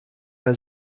bei